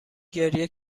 گریه